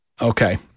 Okay